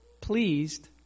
pleased